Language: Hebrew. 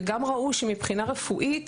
וגם ראו שמבחינה רפואית